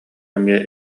эмиэ